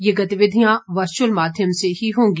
ये गतिविधियां वर्चुअल माध्यम से ही होंगी